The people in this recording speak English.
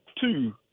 two